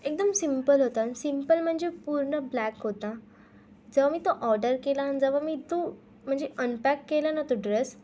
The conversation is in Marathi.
एकदम सिम्पल होता सिम्पल म्हणजे पूर्ण ब्लॅक होता जवा मी तो ऑर्डर केला आणि जवा मी तो म्हणजे अनपॅक केला ना तो ड्रेस